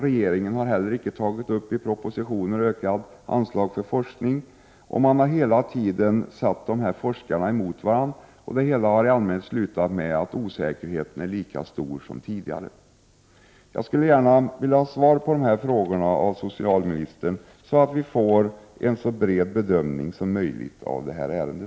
Regeringen har heller icke i propositioner tagit upp ökade anslag till forskning. Hela tiden har dessa forskare ställts mot varandra, och det hela har i allmänhet slutat med att osäkerheten är lika stor som tidigare. Jag skulle gärna vilja få svar av socialministern på dessa frågor så att vi kan få en så bred bedömning som möjligt av detta ärende.